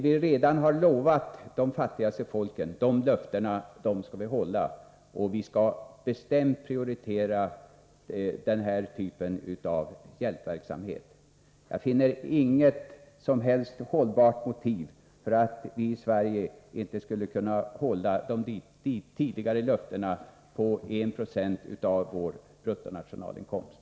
Vi skall hålla de löften som vi redan har givit till de fattiga folken, och vi skall bestämt prioritera den här typen av hjälpverksamhet. Jag finner inget som helst hållbart motiv för att inte vi i Sverige skall kunna hålla de tidigare löftena om 1 96 av vår bruttonationalinkomst.